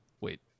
Wait